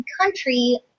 country